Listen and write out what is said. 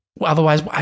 otherwise